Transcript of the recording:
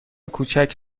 کوچک